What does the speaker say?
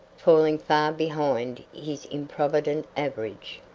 falling far behind his improvident average.